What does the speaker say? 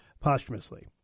posthumously